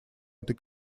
этой